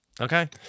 Okay